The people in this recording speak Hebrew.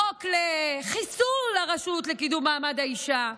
החוק לחיסול הרשות לקידום מעמד האישה,